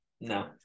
No